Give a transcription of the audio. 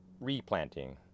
Replanting